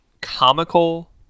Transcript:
comical